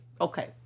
Okay